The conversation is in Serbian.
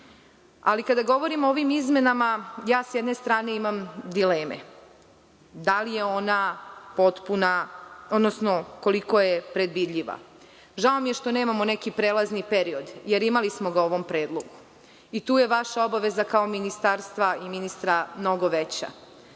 govorimo o ovim izmenama, sa jedne strane, imam dileme, da li je ona potpuna, odnosno koliko je predvidiva. Žao mi je što nemamo neki prelazni period, jer imali smo ga u ovom predlogu. Tu je vaša obaveza kao ministarstva i ministra mnogo veća.